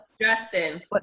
Justin